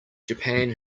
japan